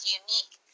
unique